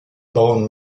bone